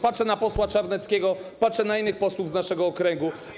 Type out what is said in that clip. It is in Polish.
Patrzę na posła Czarneckiego, patrzę na innych posłów z naszego okręgu.